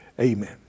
Amen